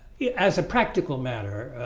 yeah as a practical matter